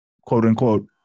quote-unquote